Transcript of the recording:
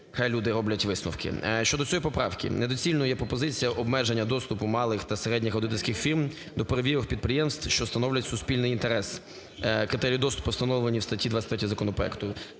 хай люди роблять висновки. Щодо цієї поправки. Недоцільною є пропозиція обмеження доступу малих та середніх аудиторських фірм до перевірок підприємств, що становлять суспільний інтерес, критерії доступу встановлені у статті 21 законопроекту.